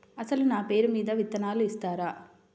అసలు నా పేరు మీద విత్తనాలు ఇస్తారా?